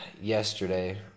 Yesterday